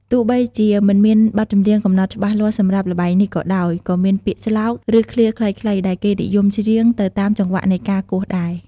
ទោះបីជាមិនមានបទចម្រៀងកំណត់ច្បាស់លាស់សម្រាប់ល្បែងនេះក៏ដោយ ក៏មានពាក្យស្លោក ឬឃ្លាខ្លីៗដែលគេនិយមច្រៀងទៅតាមចង្វាក់នៃការគោះដែរ។